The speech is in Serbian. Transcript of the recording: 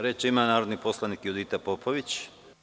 Reč ima narodni poslanik Judita Popović.